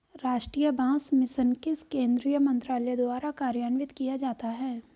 राष्ट्रीय बांस मिशन किस केंद्रीय मंत्रालय द्वारा कार्यान्वित किया जाता है?